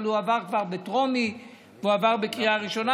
אבל הוא עבר כבר בטרומית והוא עבר בקריאה ראשונה,